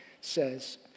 says